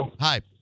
Hi